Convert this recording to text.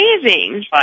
amazing